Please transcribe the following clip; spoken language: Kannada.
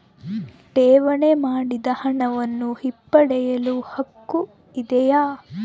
ಠೇವಣಿ ಮಾಡಿದ ಹಣವನ್ನು ಹಿಂಪಡೆಯವ ಹಕ್ಕು ಇದೆಯಾ?